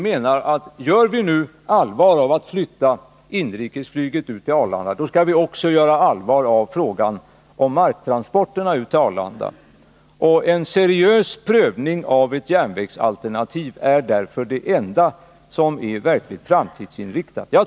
Men gör vi nu allvar av att flytta inrikesflyget till Arlanda, skall vi också göra allvar av frågan om marktransporterna ut till Arlanda. En seriös prövning av ett järnvägsalternativ är därför det enda som är verkligt framtidsinriktat.